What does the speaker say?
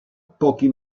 pochi